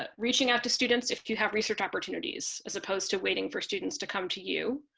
ah reaching out to students. if you have research opportunities as opposed to waiting for students to come to you.